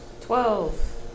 Twelve